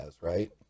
right